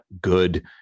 good